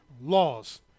laws